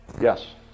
Yes